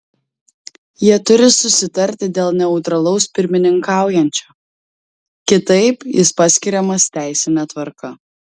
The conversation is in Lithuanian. jie turi susitarti dėl neutralaus pirmininkaujančio kitaip jis paskiriamas teisine tvarka